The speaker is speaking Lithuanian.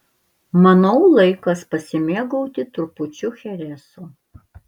manau laikas pasimėgauti trupučiu chereso